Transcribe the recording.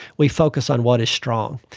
we focus on what is strong.